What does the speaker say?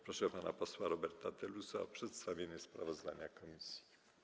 Proszę pana posła Roberta Telusa o przedstawienie sprawozdania komisji.